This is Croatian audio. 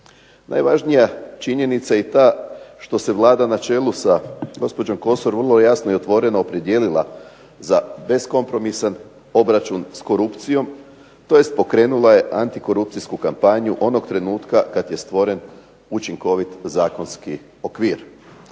Najvažnija činjenica je i ta što se Vlada na čelu sa gospođom Kosor vrlo jasno otvoreno opredijelila za kompromisan obračun s korupcijom tj. pokrenula ja antikorupcijsku kampanju onog trenutka kada je stvoren novi zakonski okvir.